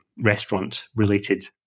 restaurant-related